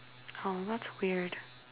oh that's weird